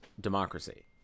democracy